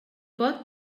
pot